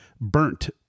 burnt